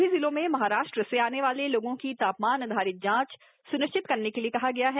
सभी जिलों में महाराष्ट्र से आने वाले लोगों की तापमान आधारित जांच स्निश्चित करने के लिए कहा गया है